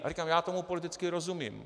A říkám, já tomu politicky rozumím.